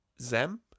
Zem